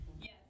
Yes